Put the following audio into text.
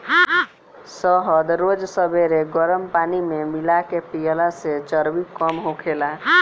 शहद रोज सबेरे गरम पानी में मिला के पियला से चर्बी कम होखेला